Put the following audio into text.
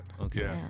okay